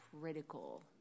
critical